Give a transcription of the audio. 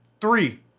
three